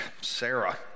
Sarah